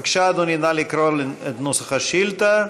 בבקשה, אדוני, נא לקרוא את נוסח השאילתה.